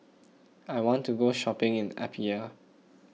I want to go shopping in Apia